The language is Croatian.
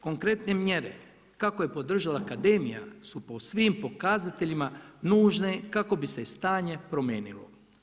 Konkretne mjere kako je podržala Akademija su po svim pokazateljima, nužne kako bi se stanje promijenilo.